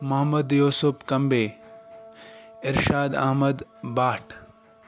Muhammad Yousuf Kambe Irshad Ahmad Bhat